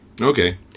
Okay